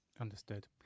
understood